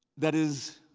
that is,